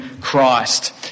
Christ